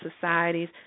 societies